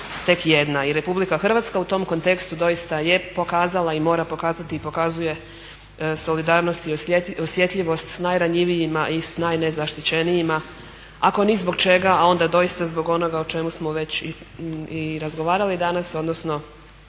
tek jedna. I RH u tom kontekstu doista je pokazala i mora pokazati i pokazuje solidarnost i osjetljivost s najranjivijima i s najnezaštićenijima ako ni zbog čega, a onda doista zbog onoga o čemu smo već i razgovarali danas, odnosno